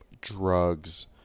drugs